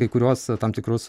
kai kuriuos tam tikrus